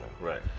Right